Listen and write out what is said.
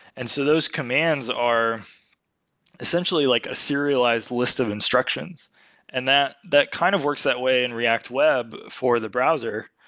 and so those commands are essentially like a serialized list of instructions and that that kind of works that way in react web for the browser,